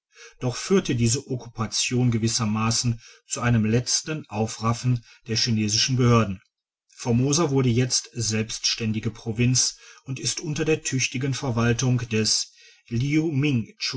doch führte diese okkupation gewissermassen zu einem letzten aufraffen der chinesischen behörden formosa wurde jetzt selbständige provinz und ist unter der tüchtigen ver waltung des